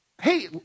hey